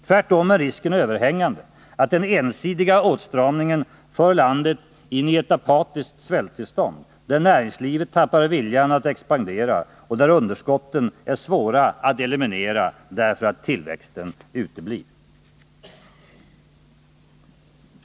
Tvärtom är risken överhängande att den ensidiga åtstramningen för landet in i ett apatiskt svälttillstånd, där näringslivet tappar viljan att expandera och där underskotten är svåra att eliminera därför att tillväxten uteblir.